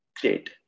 Great